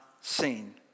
seen